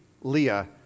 Leah